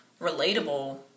relatable